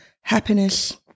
happiness